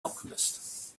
alchemist